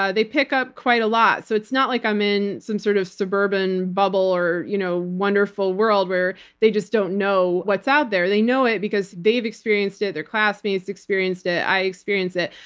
they pick up quite a lot. so it's not like i'm in some sort of suburban bubble or you know wonderful world where they just don't know what's out there. they know it because they've experienced it, their classmates experienced it, i experience it.